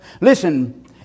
Listen